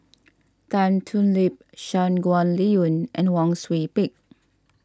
Tan Thoon Lip Shangguan Liuyun and Wang Sui Pick